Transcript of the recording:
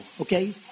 Okay